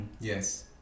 yes